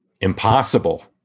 Impossible